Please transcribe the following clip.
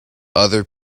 other